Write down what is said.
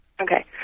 Okay